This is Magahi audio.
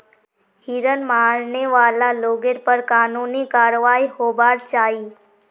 हिरन मारने वाला लोगेर पर कानूनी कारवाई होबार चाई